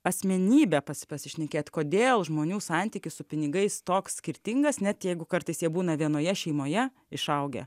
asmenybę pasi pasišnekėt kodėl žmonių santykis su pinigais toks skirtingas net jeigu kartais jie būna vienoje šeimoje išaugę